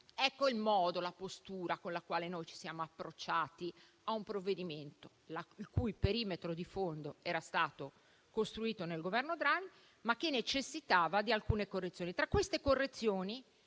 Ecco il modo e la postura con la quale ci siamo approcciati a un provvedimento il cui perimetro di fondo era stato costruito dal Governo Draghi, ma che necessitava di alcune correzioni. Tra queste correzioni